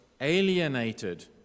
alienated